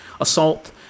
assault